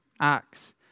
Acts